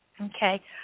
Okay